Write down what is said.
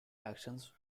actions